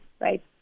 right